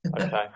Okay